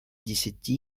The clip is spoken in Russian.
десяти